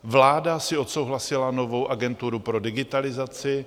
Vláda si odsouhlasila novou agenturu pro digitalizaci.